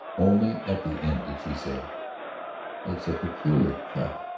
only at the end did she say it's a peculiar cut.